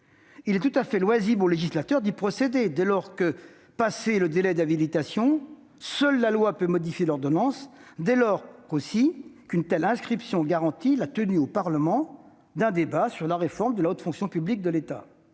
Il est tout à fait loisible au législateur d'y procéder, dès lors que, passé le délai d'habilitation, seule la loi peut modifier l'ordonnance, et dès lors, aussi, qu'une telle inscription garantit la tenue au Parlement d'un débat sur la réforme de la haute fonction publique de l'État.